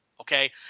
Okay